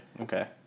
Okay